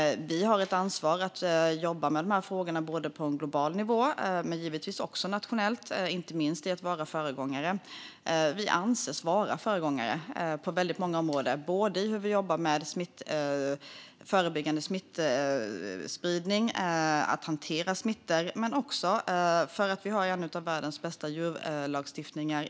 Vi har ett ansvar att jobba med dessa frågor på global nivå men givetvis också nationellt. Det handlar inte minst om att vara föregångare. Vi anses vara föregångare på väldigt många områden. Det handlar om hur vi jobbar med att förebygga smittspridning och hur vi hanterar smittor, men det handlar också om att Sverige har en av världens bästa djurlagstiftningar.